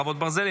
חרבות ברזל),